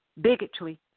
bigotry